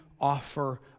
offer